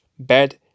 bad